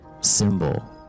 symbol